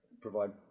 provide